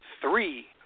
three